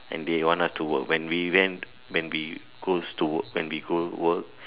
and they want us to work when we went when we goes to work when we go work